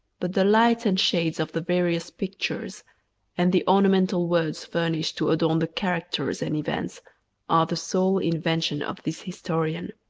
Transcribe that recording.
but the lights and shades of the various pictures and the ornamental words furnished to adorn the characters and events are the sole invention of this historian.